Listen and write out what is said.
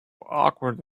awkward